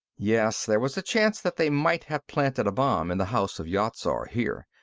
yes. there was a chance that they might have planted a bomb in the house of yat-zar, here.